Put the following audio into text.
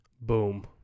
Boom